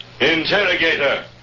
Interrogator